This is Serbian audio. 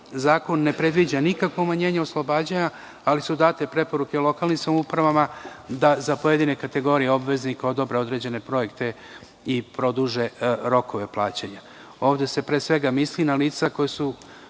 zakon ne predviđa nikakvo umanjenje oslobađanja, ali su date preporuke lokalnim samoupravama da za pojedine kategorije obveznika odobre određene projekte i produže rokove plaćanja. Ovde se pre svega misli na lica koja su